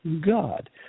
God –